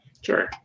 sure